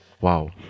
wow